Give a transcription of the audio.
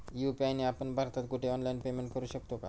UPI ने आपण भारतात कुठेही ऑनलाईन पेमेंट करु शकतो का?